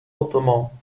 ottomans